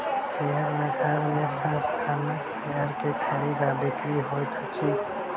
share बजार में संस्थानक शेयर के खरीद आ बिक्री होइत अछि